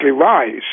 rise